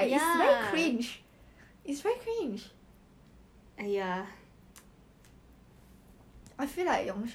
he didn't dump me for his ex is cause he use me as a rebound in the end he he still cannot get over valerie